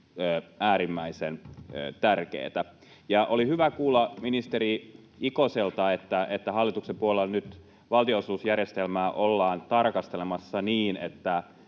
äärimmäisen tärkeätä. Oli hyvä kuulla ministeri Ikoselta, että hallituksen puolella nyt valtionosuusjärjestelmää ollaan tarkastelemassa niin, että